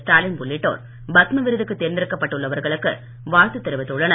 ஸ்டாலின் உள்ளிட்டோர் பத்ம விருதுக்கு தேர்ந்தெடுக்கப் பட்டுள்ளவர்களுக்கு வாழ்த்து தெரிவித்துள்ளனர்